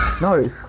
No